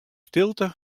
stilte